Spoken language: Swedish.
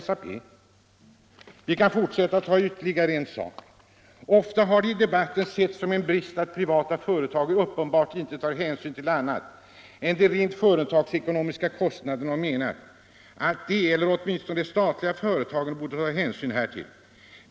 Jag kan fortsätta att citera: ”Ofta har man i debatten ——- sett det som en brist att privata företag uppenbart inte tar hänsyn till annat än de rent företagsekonomiska kostnaderna och menat, att de — eller åtminstone de statliga företagen — borde ta vidare hänsyn.